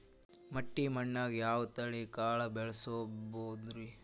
ಮಟ್ಟಿ ಮಣ್ಣಾಗ್, ಯಾವ ತಳಿ ಕಾಳ ಬೆಳ್ಸಬೋದು?